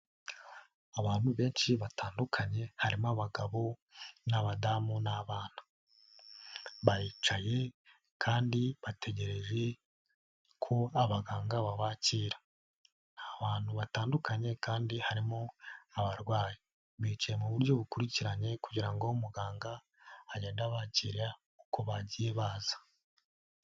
Abantu benshi batandukanye harimo abagabo n'abadamu n'abantu, baricaye kandi bategereje ko abaganga babakira, aba bantu batandukanye kandi harimo abarwayi, bicaye mu buryo bukurikiranye kugira ngo muganga agenda abakira uko bagiye baza.